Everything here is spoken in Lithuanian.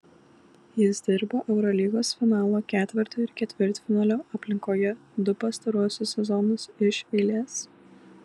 jis dirbo eurolygos finalo ketverto ir ketvirtfinalio aplinkoje du pastaruosius sezonus iš eilės